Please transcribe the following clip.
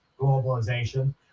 globalization